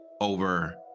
over